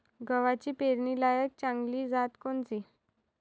गव्हाची पेरनीलायक चांगली जात कोनची?